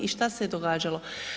I šta se je događalo?